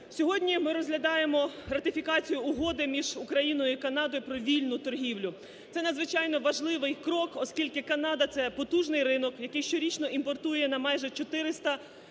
Сьогодні ми розглядаємо ратифікацію Угоди між Україною і Канадою про вільну торгівлю, це надзвичайно важливий крок, оскільки Канадою – це потужний ринок, який щорічно імпортує нам майже 420